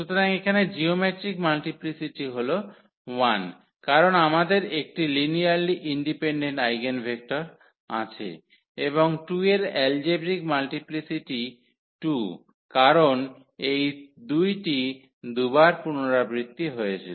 সুতরাং এখানে geometric multiplicity হল 1 কারণ আমাদের একটি লিনিয়ারলি ইন্ডিপেন্ডেন্ট আইগেনভেক্টর আছে এবং 2 এর এলজেব্রিক মাল্টিপ্লিসিটি 2 কারণ এই 2 টি দুই বার পুনরাবৃত্তি হয়েছিল